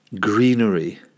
greenery